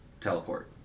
teleport